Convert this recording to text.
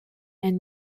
and